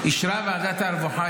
אישרה ועדת הרווחה,